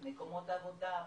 מקומות עבודה,